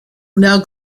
now